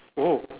oh